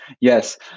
Yes